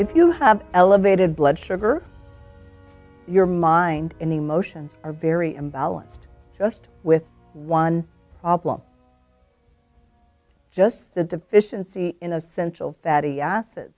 if you have elevated blood sugar your mind and emotions are very imbalanced just with one just a deficiency in essential fatty acids